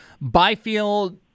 Byfield